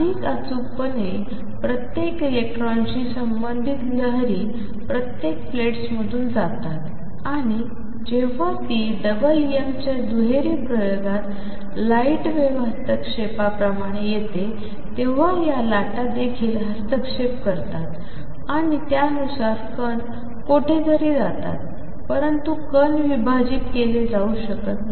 अधिक अचूकपणे प्रत्येक इलेक्ट्रॉनशी संबंधित लहरी दोन्ही प्लेट्समधून जातात आणि जेव्हा ती डबल यंगच्या दुहेरी प्रयोगात लाईट वेव्ह हस्तक्षेपाप्रमाणे येते तेव्हा या लाटा देखील हस्तक्षेप करतात आणि त्यानुसार कण कोठेतरी जातातपरंतु कण विभाजित केले जाऊ शकत नाही